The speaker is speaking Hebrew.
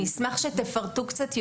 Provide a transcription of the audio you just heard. אני אשמח שתפרטו קצת יותר.